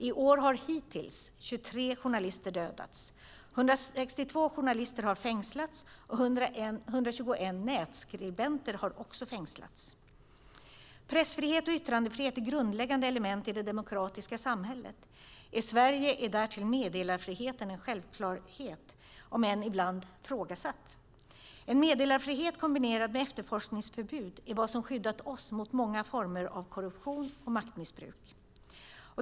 I år har hittills 23 journalister dödats, 162 journalister fängslats och 121 nätskribenter fängslats. Pressfrihet och yttrandefrihet är grundläggande element i det demokratiska samhället. I Sverige är därtill meddelarfriheten en självklarhet, om än ibland ifrågasatt. En meddelarfrihet kombinerad med efterforskningsförbud är vad som har skyddat oss mot många former av korruption och maktmissbruk.